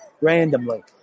randomly